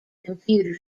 computer